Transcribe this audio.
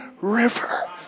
river